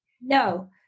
No